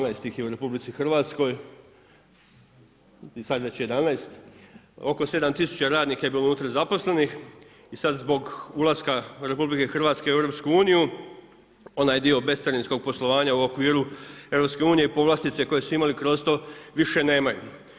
12 ih je u RH, sad već 11, oko 7000 radnika je bilo unutra zaposlenih i sad zbog ulaska RH u EU onaj dio bescarinskog poslovanja u okviru EU, povlastice koje su imali kroz to više nemaju.